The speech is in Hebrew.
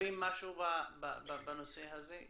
עוברים משהו בנושא הזה?